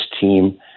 team